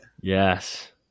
Yes